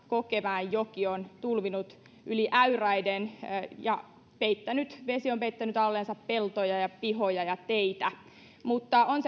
kokemäenjoki on tulvinut yli äyräiden ja vesi on peittänyt allensa peltoja ja pihoja ja teitä mutta on